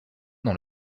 dans